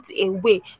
away